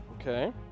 Okay